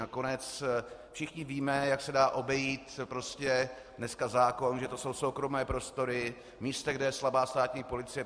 Nakonec všichni víme, jak se dá obejít prostě dneska zákon, že to jsou soukromé prostory, místa, kde je slabá státní policie.